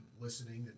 listening